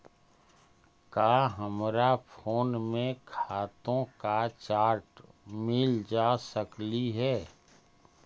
का हमरा फोन में खातों का चार्ट मिल जा सकलई हे